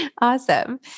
Awesome